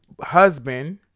husband